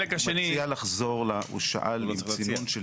הוא מציע לחזור ל הוא שאל אם צינון של